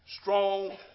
strong